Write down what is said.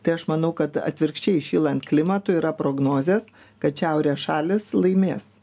tai aš manau kad atvirkščiai šylant klimatui yra prognozės kad šiaurės šalys laimės